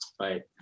right